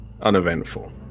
uneventful